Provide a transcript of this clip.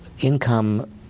income